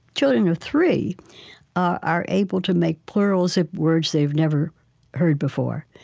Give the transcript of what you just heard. children of three are able to make plurals of words they've never heard before,